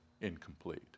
incomplete